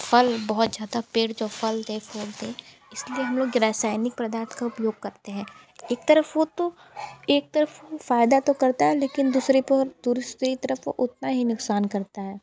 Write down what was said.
फल बहुत ज़्यादा पेड़ जो फल देख इस लिए हमलोग रासायनिक प्रदार्थ का उपयोग करते हैं एक तरफ़ वो तो एक तरफ़ वो फ़ायदा तो करता है लेकिन दूसरे पर दूसरे ही तरफ़ वो उतना ही नुक़सान करता है